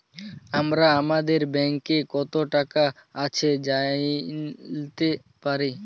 আমরা আমাদের ব্যাংকে কত টাকা আছে জাইলতে পারি